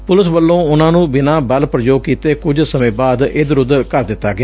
police ਵਲੋਂ ਉਨੂਾ ਨੂੰ ਬਿਨਾਂ ਬਲ ਪ੍ਯੋਗ ਕੀਤੇ ਕੁਝ ਸਮੂੰ ਬਾਅਦ ਇਧਰ ਉਧਰ ਕਰ ਦਿਤਾ ਗਿਆ